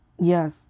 yes